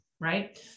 right